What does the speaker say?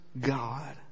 God